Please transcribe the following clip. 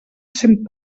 cent